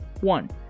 one